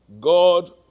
God